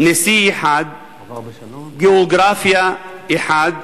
נשיא אחד, גיאוגרפיה אחת,